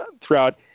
throughout